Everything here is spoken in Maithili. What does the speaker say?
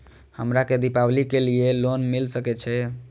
हमरा के दीपावली के लीऐ लोन मिल सके छे?